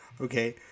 Okay